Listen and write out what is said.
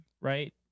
right